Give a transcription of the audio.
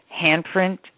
handprint